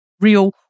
real